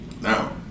Now